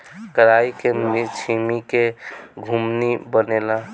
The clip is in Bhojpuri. कराई के छीमी के घुघनी बनेला